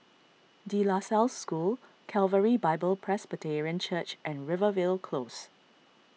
De La Salle School Calvary Bible Presbyterian Church and Rivervale Close